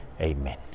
Amen